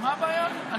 מה הבעיה עם זה?